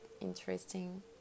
interesting